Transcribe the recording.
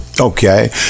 okay